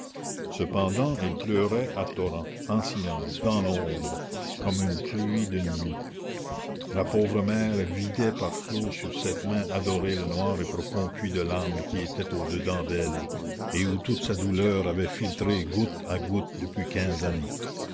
cependant elle pleurait à torrents en silence dans l'ombre comme une pluie de nuit la pauvre mère vidait par flots sur cette main adorée le noir et profond puits de larmes qui était au dedans d'elle et où toute sa douleur avait filtré goutté à goutte depuis quinze années